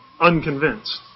unconvinced